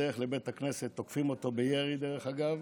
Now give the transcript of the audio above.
בדרך לבית הכנסת תוקפים אותו בירי, דרך אגב,